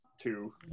two